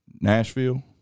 Nashville